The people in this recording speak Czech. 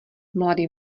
mladý